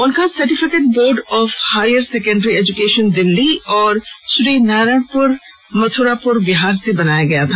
उनका certificate board of higher secondary education Delhi और श्री नारायणपुर मथुरापुर बिहार से बनाया गया था